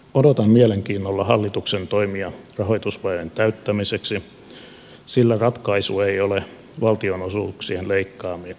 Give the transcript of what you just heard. odotan mielenkiinnolla hallituksen toimia rahoitusvajeen täyttämiseksi sillä ratkaisu ei ole valtionosuuksien leikkaamisen jatkaminen